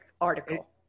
article